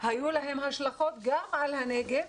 היו להם השלכות גם על הנגב,